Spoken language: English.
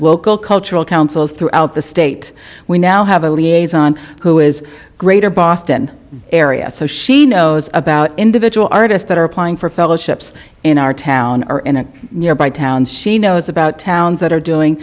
local cultural councils throughout the state we now have a liaison who is greater boston area so she knows about individual artists that are applying for fellowships in our town or in a nearby town she knows about towns that are doing